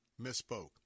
misspoke